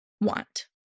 want